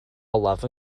olaf